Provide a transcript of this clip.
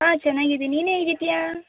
ಹಾಂ ಚೆನ್ನಾಗಿದಿನಿ ನೀನು ಹೇಗಿದೀಯಾ